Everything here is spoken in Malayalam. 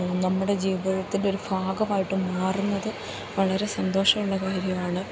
നമ്മുടെ ജീവിതത്തിൻ്റെ ഒരു ഭാഗമായിട്ട് മാറുന്നത് വളരെ സന്തോഷമുള്ള കാര്യമാണ്